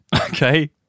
Okay